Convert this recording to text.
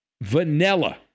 vanilla